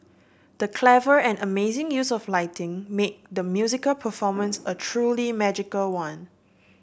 the clever and amazing use of lighting made the musical performance a truly magical one